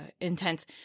intense